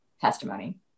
testimony